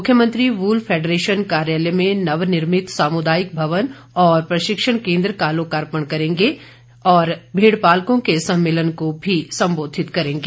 मुख्यमंत्री wool federation कार्यालय में नवनिर्मित सामुदायिक भवन और प्रशिक्षण केन्द्र का लोकार्पण करेंगे और भेड़पालकों के सम्मेलन को भी संबोधित करेंगे